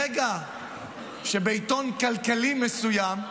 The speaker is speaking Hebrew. בעיתון כלכלי מסוים,